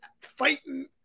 fighting